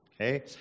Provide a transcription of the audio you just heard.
okay